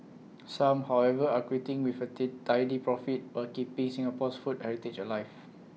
some however are quitting with A tit tidy profit while keeping Singapore's food heritage alive